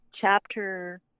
chapter